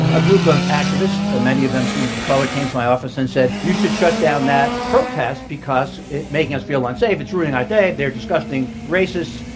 a group of activists ah many of them students of color came to my office and said, you should shut down that protest because it's making us feel unsafe. it's ruining our day. they're disgusting racists.